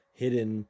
hidden